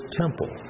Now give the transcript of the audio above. temple